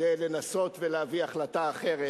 כדי לנסות ולהביא החלטה אחרת,